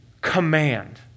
command